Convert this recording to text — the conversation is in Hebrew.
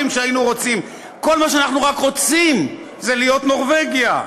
כל מה שאנחנו רק רוצים זה להיות נורבגיה: